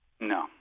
No